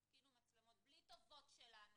התקינו מצלמות בלי טובות שלנו,